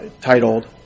titled